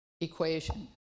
equation